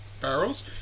barrels